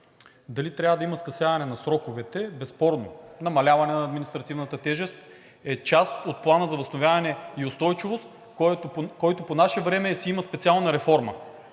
Дали трябва да има скъсяване на сроковете? Безспорно. Намаляване на административната тежест е част от Плана за възстановяване и устойчивост, който по наше време си има специална реформа,